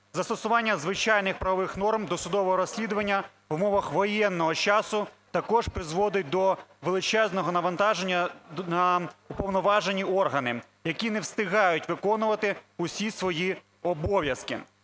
Застосування звичайних правових норм досудового розслідування в умовах воєнного часу також призводить до величезного навантаження на уповноважені органи, які не встигають виконувати усі свої обов'язки.